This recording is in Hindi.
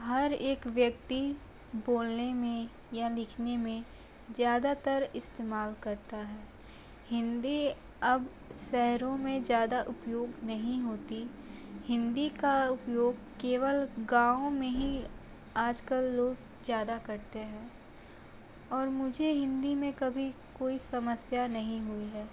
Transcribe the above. हर एक व्यक्ति बोलने में या लिखने में ज़्यादातर इस्तेमाल करता है हिंदी अब शहरों में ज़्यादा उपयोग नहीं होती हिंदी का उपयोग केवल गाँवो में ही आजकल लोग ज़्यादा करते हैं और मुझे हिंदी में कभी कोई समस्या नहीं हुई है